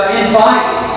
invite